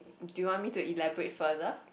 do you want me to elaborate further